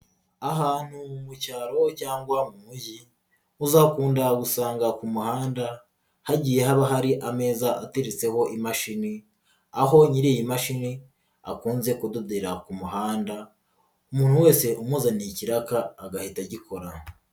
Ahantu mu cyaro cyangwa mu mujyi uzakunda gusanga ku muhanda hagiye haba hari ameza ateretseho imashini, aho nyiri iyi mashini akunze kudodera ku muhanda umuntu wese umuzaniye ikiraka agahita agikora.